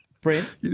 Brent